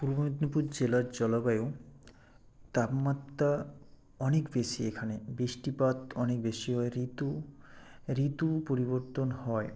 পূর্ব মেদিনীপুর জেলার জলবায়ু তাপমাত্রা অনেক বেশি এখানে বৃষ্টিপাত অনেক বেশি হয় ঋতু ঋতু পরিবর্তন হয়